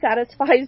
satisfies